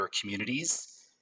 communities